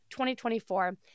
2024